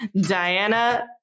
Diana